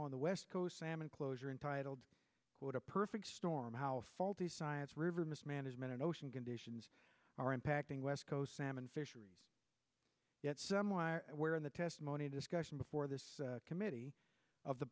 on the west coast salmon closure entitled a perfect storm how faulty science river mismanagement and ocean conditions are impacting west coast salmon fisheries where in the testimony discussion before this committee of the